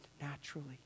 naturally